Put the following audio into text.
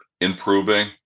improving